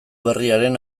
berriaren